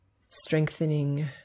strengthening